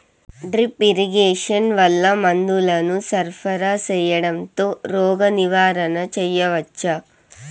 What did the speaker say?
Drip irrigation వల్ల మందులను సరఫరా సేయడం తో రోగ నివారణ చేయవచ్చా?